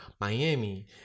Miami